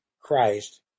Christ